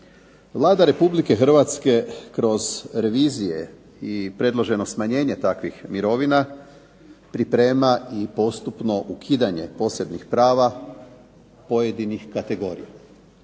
Vlada Republike Hrvatske kroz revizije i predloženo smanjenje takvih mirovina priprema i postupno ukidanje posebnih prava pojedinih kategorija.